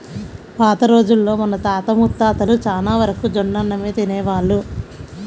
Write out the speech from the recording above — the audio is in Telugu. పాత రోజుల్లో మన తాత ముత్తాతలు చానా వరకు జొన్నన్నమే తినేవాళ్ళు